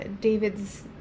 david's